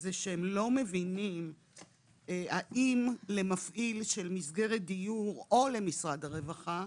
זה שהם לא מבינים האם למפעיל של מסגרת דיור או למשרד הרווחה,